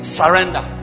surrender